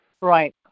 Right